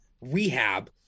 rehab